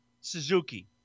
Suzuki